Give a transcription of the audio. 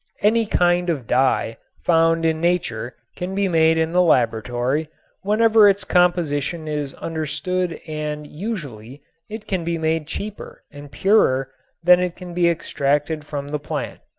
any kind of dye found in nature can be made in the laboratory whenever its composition is understood and usually it can be made cheaper and purer than it can be extracted from the plant.